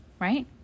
right